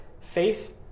faith